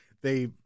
they-